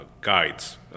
guides